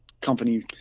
company